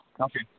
Okay